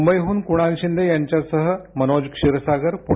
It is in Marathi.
मुंबईहून कुणाल शिंदे यांच्यासह मनोज क्षीरसागर पुणे